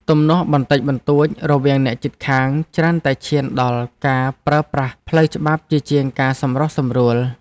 ទំនាស់បន្តិចបន្តួចរវាងអ្នកជិតខាងច្រើនតែឈានដល់ការប្រើប្រាស់ផ្លូវច្បាប់ជាជាងការសម្រុះសម្រួល។